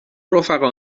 رفقا